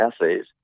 essays